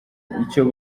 icyo